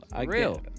Real